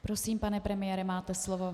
Prosím, pane premiére, máte slovo.